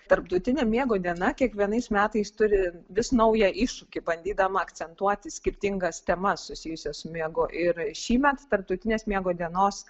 tarptautinė miego diena kiekvienais metais turi vis naują iššūkį bandydama akcentuoti skirtingas temas susijusias miegu ir šįmet tarptautinės miego dienos